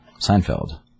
Seinfeld